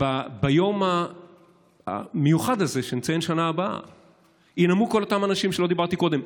ביום מיוחד הזה שנציין בשנה הבאה ינאמו כל אותם אנשים שהזכרתי קודם.